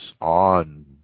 on